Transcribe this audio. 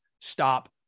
stop